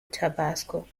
tabasco